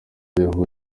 yahuriyemo